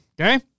Okay